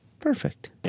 Perfect